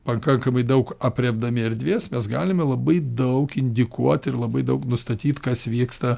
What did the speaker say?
pakankamai daug aprėpdami erdvės mes galime labai daug indikuot ir labai daug nustatyt kas vyksta